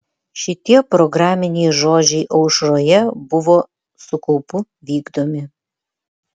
šitie programiniai žodžiai aušroje buvo su kaupu vykdomi